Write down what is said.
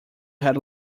had